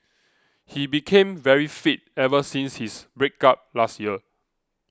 he became very fit ever since his break up last year